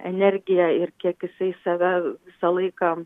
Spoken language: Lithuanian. energija ir kiek jisai save visą laiką